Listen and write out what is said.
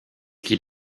qu’il